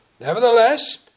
Nevertheless